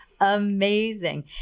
amazing